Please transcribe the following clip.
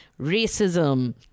racism